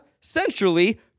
centrally